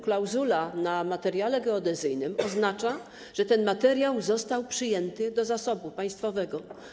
Klauzula na materiale geodezyjnym oznacza, że ten materiał został przyjęty do zasobu państwowego.